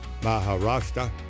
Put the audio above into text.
Maharashtra